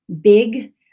big